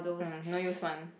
mm no use one